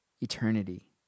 eternity